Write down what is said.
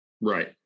Right